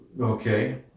Okay